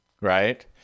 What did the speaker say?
Right